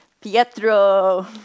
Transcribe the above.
Pietro